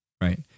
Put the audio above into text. right